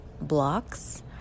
blocks